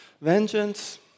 vengeance